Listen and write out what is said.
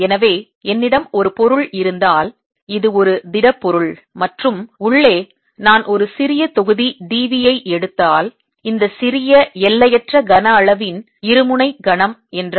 எனவே என்னிடம் ஒரு பொருள் இருந்தால் இது ஒரு திடப் பொருள் மற்றும் உள்ளே நான் ஒரு சிறிய தொகுதி d v ஐ எடுத்தால் இந்த சிறிய எல்லையற்ற கன அளவின் இருமுனை கணம் என்றால்